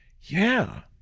yeah,